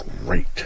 great